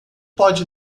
pode